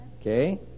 Okay